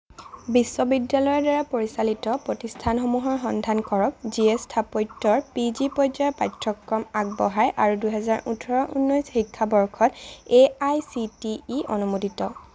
বিশ্ববিদ্যালয়ৰ দ্বাৰা পৰিচালিত প্ৰতিষ্ঠানসমূহৰ সন্ধান কৰক যিয়ে স্থাপত্যৰ পি জি পৰ্যায়ৰ পাঠ্যক্ৰম আগবঢ়ায় আৰু দুহেজাৰ ওঠৰ উন্নৈছ শিক্ষাবৰ্ষত A I C T E অনুমোদিত